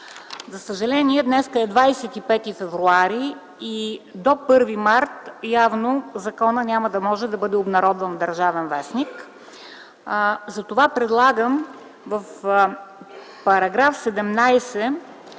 За съжаление, днес е 25 февруари и до 1 март явно законът няма да може да бъде обнародван в „Държавен вестник”. Затова предлагам в края на § 17